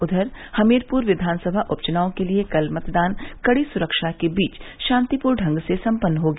उधर हमीरपुर विद्यान सभा उपचुनाव के लिए कल मतदान कड़ी सुरक्षा के बीच शातिपूर्ण ढंग से सम्पन्न हो गया